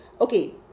okay